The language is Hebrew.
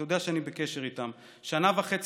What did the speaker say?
אתה יודע שאני בקשר איתם: שנה וחצי